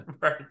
Right